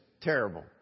terrible